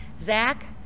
Zach